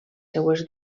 seves